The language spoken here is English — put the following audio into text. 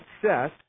success